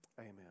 Amen